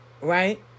right